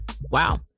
Wow